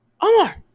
Omar